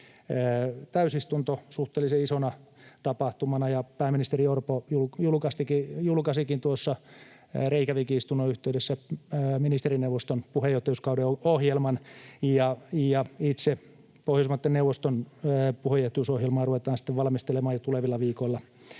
täysistunto suhteellisen isona tapahtumana. Pääministeri Orpo julkaisikin tuossa Reykjavíkin istunnon yhteydessä ministerineuvoston puheenjohtajuuskauden ohjelman, ja itse Pohjoismaiden neuvoston puheenjohtajuusohjelmaa ruvetaan valmistelemaan jo tulevilla viikoilla